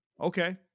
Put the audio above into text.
Okay